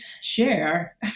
share